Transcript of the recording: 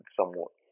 somewhat